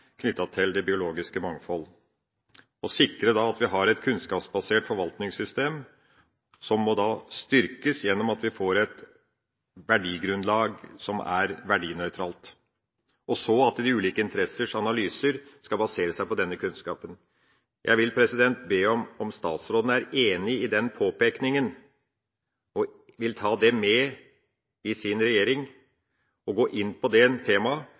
til det biologiske mangfold – å sikre at vi har et kunnskapsbasert forvaltningssystem som må styrkes gjennom at vi får et verdigrunnlag som er verdinøytralt, og at de ulike interessers analyser skal basere seg på denne kunnskapen. Jeg vil spørre om statsråden er enig i den påpekinga, og om han vil ta det med til sin regjering og gå inn på dette temaet,